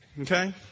Okay